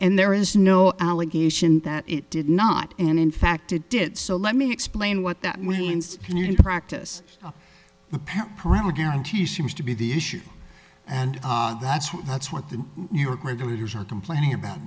and there is no allegation that it did not and in fact it did so let me explain what that means a new practice a parent parental guarantee seems to be the issue and that's why that's what the new york where the leaders are complaining about